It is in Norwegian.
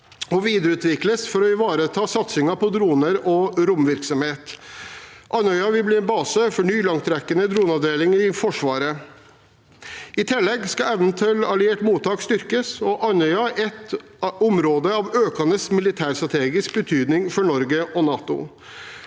og videreutvikles for å ivareta satsingen på droner og romvirksomhet. Andøya vil bli base for en ny avdeling for langtrekkende droner i Forsvaret. I tillegg skal evnen til alliert mottak styrkes. Andøya er et område av økende militærstrategisk betydning for Norge og NATO.